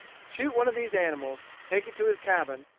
shoot one of these animals, take it to his cabin,